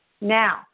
Now